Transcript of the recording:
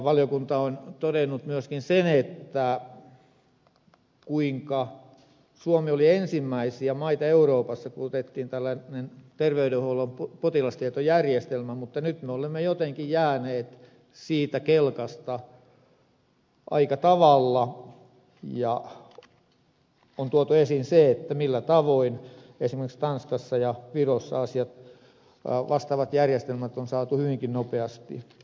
valiokunta on todennut myöskin sen kuinka suomi oli ensimmäisiä maita euroopassa kun otettiin käyttöön tällainen terveydenhuollon potilastietojärjestelmä mutta nyt me olemme jotenkin jääneet siitä kelkasta aika tavalla ja on tuotu esiin se millä tavoin esimerkiksi tanskassa ja virossa vastaavat järjestelmät on saatu hyvinkin nopeasti käyntiin